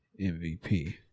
MVP